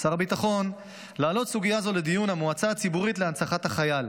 הביטחון להעלות סוגיה זו לדיון המועצה הציבורית להנצחת החייל,